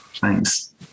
Thanks